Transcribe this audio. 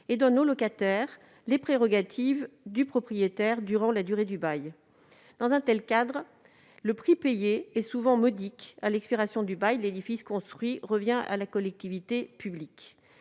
et donne au locataire les prérogatives du propriétaire durant la durée du bail. Dans un tel cadre, le prix payé est souvent modique : à l'expiration du bail, l'édifice construit revient à la collectivité publique.